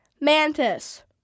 Mantis